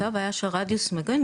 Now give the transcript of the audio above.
אותה בעיה של רדיוס מגן,